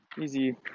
easy